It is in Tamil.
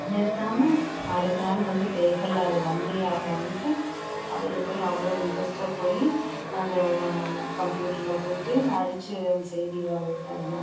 நிறுத்தாமல் அடுத்த நாள் வந்து பேப்பர்ல அது வந்தேயாகனுன்ட்டு அதையே போய் அவ்வளோ இன்ட்ரெஸ்ட்டாக போய் அந்த அதுதான் கம்ப்யூட்டர்ல போய்ட்டு அடிச்சு அந்த செய்தி வர வைப்பாருங்க